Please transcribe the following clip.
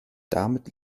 damit